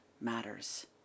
matters